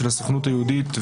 של הסוכנות היהודית,